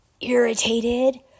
irritated